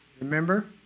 Remember